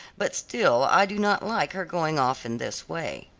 but still i do not like her going off in this way.